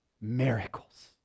miracles